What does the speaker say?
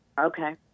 Okay